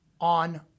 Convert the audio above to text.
on